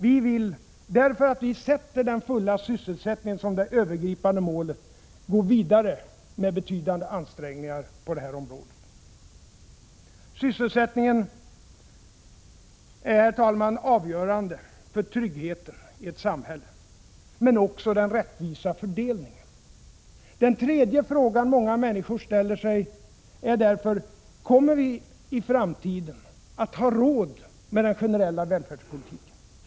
Vi vill, därför att vi ser den fulla sysselsättningen som det övergripande målet, gå vidare med betydande ansträngningar på det här området. Sysselsättningen är, herr talman, avgörande för tryggheten i ett samhälle. Men också den rättvisa fördelningen. Den tredje frågan många människor ställer sig är därför: Kommer vi i framtiden att ha råd med den generella välfärdspolitiken?